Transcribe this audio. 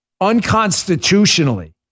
unconstitutionally